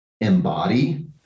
embody